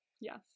Yes